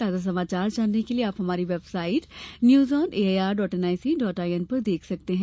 ताजा समाचार जानने के लिए आप हमारी website news on A I R dot N I C dot I N देख सकते हैं